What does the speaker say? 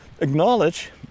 acknowledge